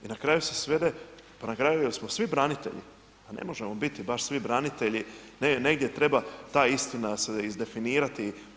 I na kraju se svede, pa na kraju jel smo svi branitelji, ne možemo biti baš svi branitelji, negdje treba ta istina se izdefinirati.